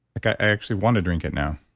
like i actually want to drink it now.